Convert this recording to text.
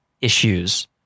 issues